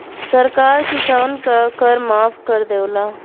सरकार किसान क कर माफ कर देवला